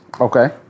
Okay